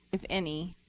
if any,